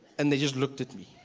and they just looked at me.